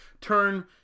turn